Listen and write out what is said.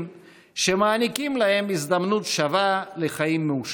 שמעניקים להם הזדמנות שווה לחיים מאושרים.